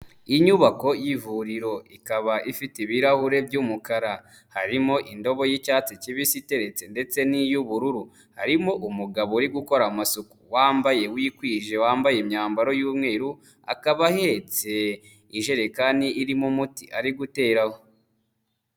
Inyubako y'ivuriro ikaba ifite ibirahure by'umukara, harimo indobo y'icyatsi kibisi iteretse ndetse n'iy'ubururu. Harimo umugabo uri gukora amasuku wambaye wikwije, wambaye imyambaro y'umweru, akaba ahetse ijerekani irimo umuti ari gutera aho.